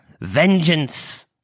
Vengeance